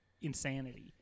insanity